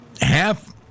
half